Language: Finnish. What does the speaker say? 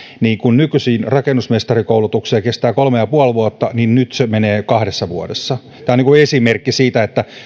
niin kun nykyisin rakennusmestarikoulutukset kestävät kolme pilkku viisi vuotta niin nyt se menee kahdessa vuodessa tämä on esimerkki siitä